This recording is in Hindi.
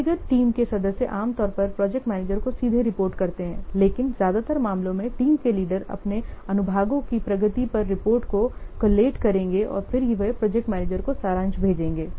व्यक्तिगत टीम के सदस्य आमतौर पर प्रोजेक्ट मैनेजर को सीधे रिपोर्ट करते हैं लेकिन ज्यादातर मामलों में टीम के लीडर अपने अनुभागों की प्रगति पर रिपोर्टों को कोलेट करेंगे और फिर वे प्रोजेक्ट मैनेजर को सारांश भेजेंगे